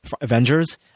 Avengers